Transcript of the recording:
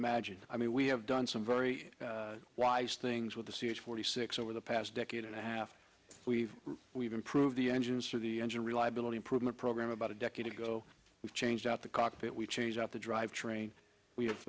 imagine i mean we have done some very wise things with the c h forty six over the past decade and a half we've we've improved the engines for the engine reliability improvement program about a decade ago we changed out the cockpit we change out the drive train we